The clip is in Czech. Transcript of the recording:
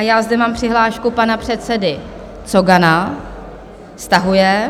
Mám zde přihlášku pana předsedy Cogana stahuje.